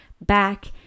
back